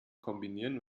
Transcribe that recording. kombinieren